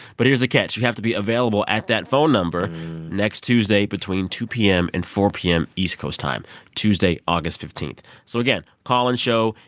but here's the catch. you have to be available at that phone number next tuesday between two p m. and four p m. east coast time tuesday, august fifteen so again, call-in show,